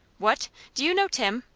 what! do you know tim?